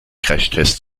crashtest